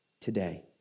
today